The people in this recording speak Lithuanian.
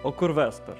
o kur vester